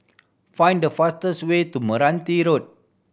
find the fastest way to Meranti Road